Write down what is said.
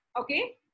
okay